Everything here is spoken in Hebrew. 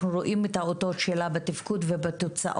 אנחנו רואים את האותות שלה בתפקוד ובתוצאות.